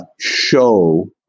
show